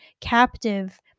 captive